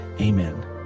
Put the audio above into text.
Amen